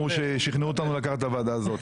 כששכנענו אותנו לקחת את הוועדה הזאת.